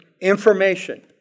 information